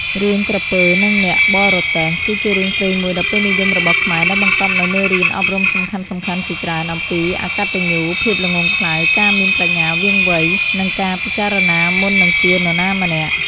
រឿង "ក្រពើនឹងអ្នកបរទេះ" គឺជារឿងព្រេងមួយដ៏ពេញនិយមរបស់ខ្មែរដែលបង្កប់នូវមេរៀនអប់រំសំខាន់ៗជាច្រើនអំពីអកតញ្ញូ ភាពល្ងង់ខ្លៅ ការមានប្រាជ្ញាវាងវៃ និងការពិចារណាមុននឹងជឿនរណាម្នាក់។